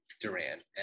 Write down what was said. Durant